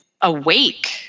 awake